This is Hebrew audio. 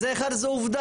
זה אחד וזה עובדה.